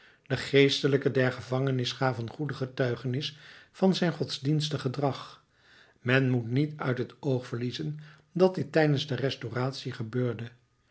de geestelijken der gevangenis gaven goede getuigenis van zijn godsdienstig gedrag men moet niet uit het oog verliezen dat dit tijdens de restauratie gebeurde